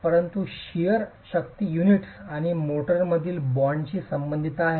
संयुक्त शिअर शक्ती युनिट्स आणि मोर्टारमधील बॉन्डशी संबंधित आहे